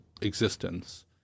existence